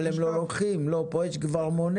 אבל הם לא לוקחים נו, פה יש כבר מונה.